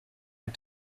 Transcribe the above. out